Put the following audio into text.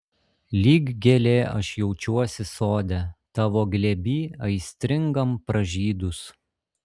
lyg gėlė aš jaučiuosi sode tavo glėby aistringam pražydus